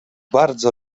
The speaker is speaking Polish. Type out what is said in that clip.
bardzo